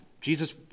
Jesus